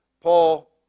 Paul